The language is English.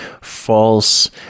false